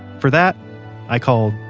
for that i called.